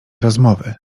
rozmowy